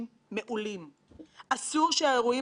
והוא שעומד בבסיס הצורך בהקמת הוועדה,